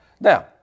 Now